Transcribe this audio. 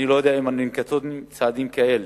אני לא יודע אם ננקטים צעדים כאלה,